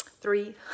three